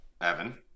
Evan